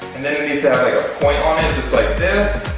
and then it needs to have like, a point on it just like this.